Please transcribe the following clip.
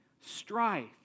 strife